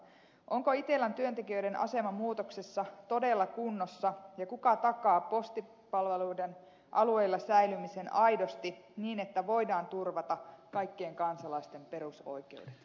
onko itellan työntekijöiden asema muutoksessa todella kunnossa ja kuka takaa postipalveluiden alueilla säilymisen aidosti niin että voidaan turvata kaikkien kansalaisten perusoikeudet